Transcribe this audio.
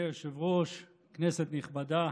אדוני היושב-ראש, כנסת נכבדה,